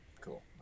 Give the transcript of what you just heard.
Cool